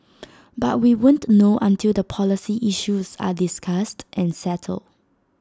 but we won't know until the policy issues are discussed and settled